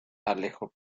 alejo